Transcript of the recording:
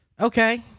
Okay